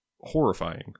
horrifying